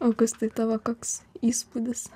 o kas tai tavo koks įspūdis